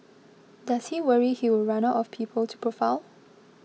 does he worry he will run out of people to profile